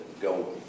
go